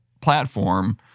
platform